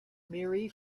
mary